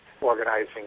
organizing